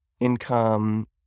income